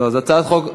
זאת הצעה אחת?